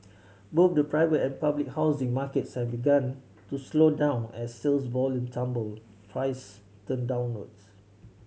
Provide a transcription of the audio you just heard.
both the private and public housing markets have begun to slow down as sales volume tumble prices turn downwards